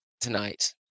tonight